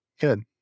Good